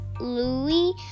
Louis